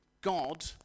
God